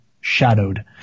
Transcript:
shadowed